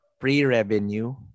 pre-revenue